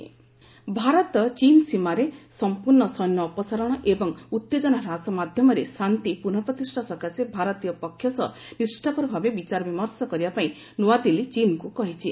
ନିଉଦିଲ୍ଲୀ ଚିନ୍ ଭାରତ ଚୀନ୍ ସୀମାରେ ସମ୍ପୂର୍ଣ୍ଣ ସୈନ୍ୟ ଅପସାରଣ ଏବଂ ଉତ୍ତେଜନା ହ୍ରାସ ମାଧ୍ୟମରେ ଶାନ୍ତି ପୁନଃ ପ୍ରତିଷ୍ଠା ସକାଶେ ଭାରତୀୟ ପକ୍ଷ ସହ ନିଷ୍ଠାପରଭାବେ ବିଚାରବିମର୍ଷ କରିବା ପାଇଁ ନୂଆଦିଲ୍ଲୀ ଚୀନ୍କୁ କହିଛି